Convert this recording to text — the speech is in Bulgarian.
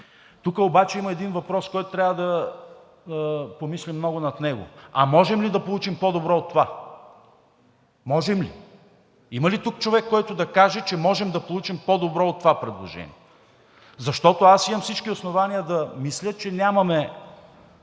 Тук обаче има един въпрос, който трябва да помислим много над него: а можем ли да получим по-добро от това? Можем ли? Има ли тук човек, който да каже, че можем да получим по-добро от това предложение? Защото аз имам всички основания да мисля, че нямаме